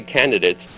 candidates